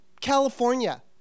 California